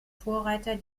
vorreiter